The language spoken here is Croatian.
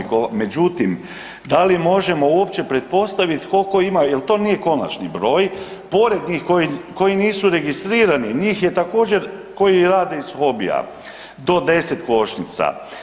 Međutim, da li možemo uopće pretpostavit kolko ima, jel to nije konačni broj, pored njih koji, koji nisu registrirani, njih je također koji rade iz hobija do 10 košnica.